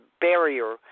barrier